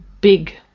big